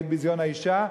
נגד ביזיון האשה,